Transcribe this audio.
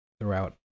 throughout